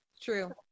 True